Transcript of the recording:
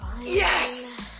Yes